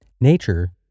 Nature